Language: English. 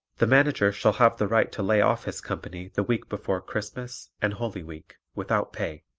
the manager shall have the right to lay off his company the week before christmas and holy week without pay.